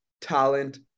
talent